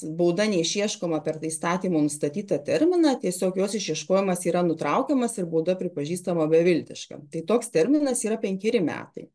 bauda neišieškoma per įstatymo nustatytą terminą tiesiog jos išieškojimas yra nutraukiamas ir bauda pripažįstama beviltiška tai toks terminas yra penkeri metai